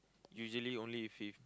usually only if he